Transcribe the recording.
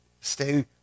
Stay